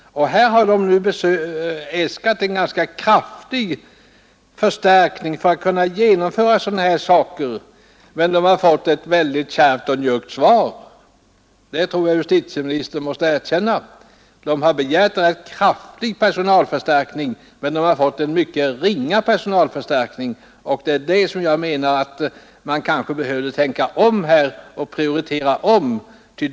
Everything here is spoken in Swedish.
Man har begärt en ganska kraftig förstärkning för att kunna genomföra förbättringar, men att man har fått ett väldigt kärvt och njuggt svar tror jag att justitieministern måste erkänna. Man har begärt rätt kraftig personalförstärkning, men den förstärkning man fått är ganska ringa. Jag anser att det behövs ett nytänkande här och en annan prioritering.